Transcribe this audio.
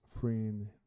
freeing